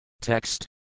Text